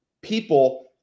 people